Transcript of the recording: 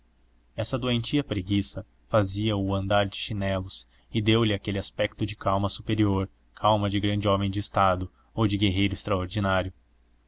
essa doentia preguiça fazia-o andar de chinelos e deu-lhe aquele aspecto de calma superior calma de grande homem de estado ou de guerreiro extraordinário